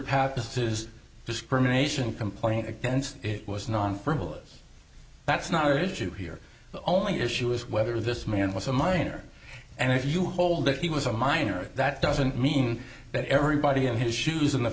pappas is discrimination complaint against it was non frivolous that's not our issue here the only issue is whether this man was a minor and if you hold that he was a minor that doesn't mean that everybody in his shoes in the